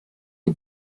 die